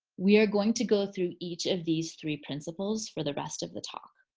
we are going to go through each of these three principles for the rest of the talk.